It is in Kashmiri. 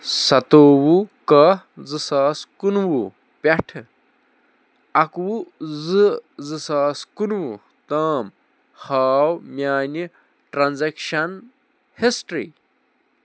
سَتو وُہ کاہ زٕ ساس کُنوُہ پٮ۪ٹھٕ اَکوُہ زٕ زٕ ساس کُنوُہ تام ہاو میانہ ٹرانزیکشن ہسٹری